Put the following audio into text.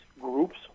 groups